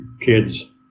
kids